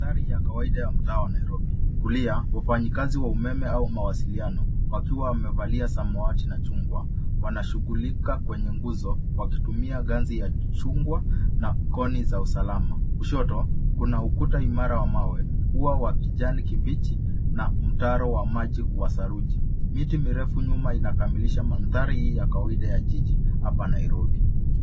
Mandhari ya kawaida ya mtaa wa Nairobi. Kulia, wafanyikazi wa umeme au mawasiliano wakiwa wamevalia samawati na chungwa wanashugulika kwenye nguzo wakitumia ganzi ya chungwa na koni za usalama. Kushoto kuna ukuta imara wa mawe, ua wa kijani kibichi na mtaro wa maji wa saruji. Miti mirefu nyuma inakamilisha mandhari hii ya kawaida ya jiji hapa Nairobi.